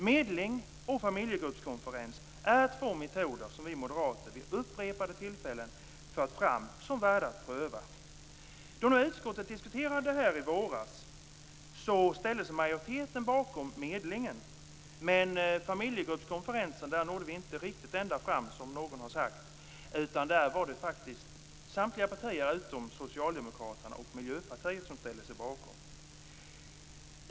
Medling och familjegruppskonferens är två metoder som vi moderater vid upprepade tillfällen har fört fram som värda att pröva. Då utskottet diskuterade det här i våras ställde sig majoriteten bakom medlingen. Men när det gäller familjegruppskonferensen nådde vi inte riktigt ända fram, som någon har sagt. Där var det faktiskt samtliga partier utom Socialdemokraterna och Miljöpartiet som ställde sig bakom.